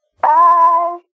Bye